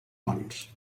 bons